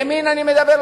ימין אני מדבר,